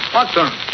Watson